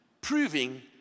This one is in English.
proving